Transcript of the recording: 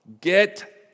get